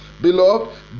Beloved